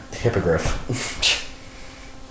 hippogriff